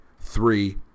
Three